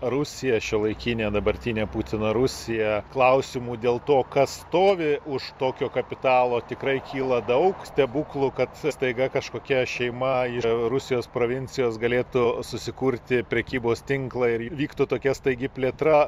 rusija šiuolaikinė dabartinė putino rusija klausimų dėl to kas stovi už tokio kapitalo tikrai kyla daug stebuklų kad staiga kažkokia šeima yra rusijos provincijos galėtų susikurti prekybos tinklą ir įvyktų tokia staigi plėtra